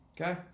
Okay